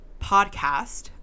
podcast